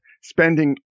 spending